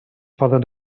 poden